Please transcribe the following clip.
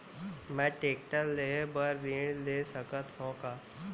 मैं टेकटर लेहे बर ऋण ले सकत हो का?